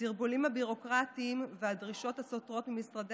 הסרבולים הביורוקרטיים והדרישות הסותרות ממשרדי